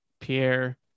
Pierre